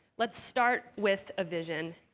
let's start with a vision.